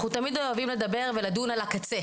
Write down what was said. אנחנו תמיד אוהבים לדבר ולדון על הקצה